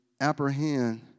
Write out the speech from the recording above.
apprehend